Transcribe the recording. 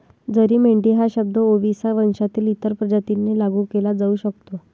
जरी मेंढी हा शब्द ओविसा वंशातील इतर प्रजातींना लागू केला जाऊ शकतो